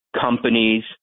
companies